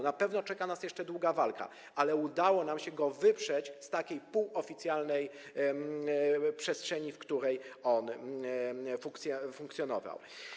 Na pewno czeka nas jeszcze długa walka, ale udało nam się go wyprzeć z półoficjalnej przestrzeni, w której funkcjonował.